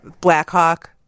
blackhawk